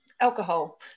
alcohol